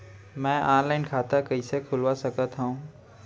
मैं ऑनलाइन खाता कइसे खुलवा सकत हव?